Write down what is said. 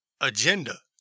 agenda